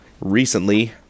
recently